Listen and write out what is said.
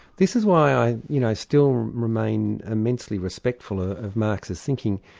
this is why i you know i still remain immensely respectful ah of marx's thinking.